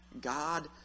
God